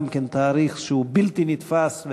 גם כן מספר שהוא בלתי נתפס,